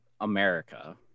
America